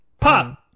pop